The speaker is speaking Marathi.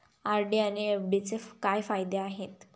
आर.डी आणि एफ.डीचे काय फायदे आहेत?